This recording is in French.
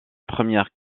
première